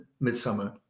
midsummer